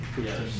Yes